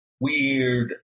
weird